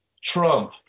Trump